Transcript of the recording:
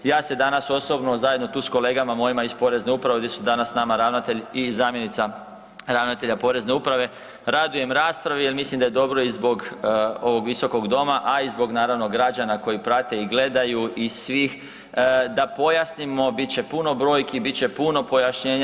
Ja se danas osobno zajedno tu s kolegama mojim iz Porezne uprave ovdje su danas s nama ravnatelj i zamjenica ravnatelja Porezne uprave radujem raspravi jer mislim da je dobro i zbog ovog visokog doma, a i zbog naravno građana koji prate i gledaju i svih da pojasnimo, bit će puno brojki, bit će puno pojašnjenja.